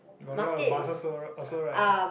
got a lot of buses all also right